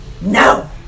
no